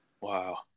wow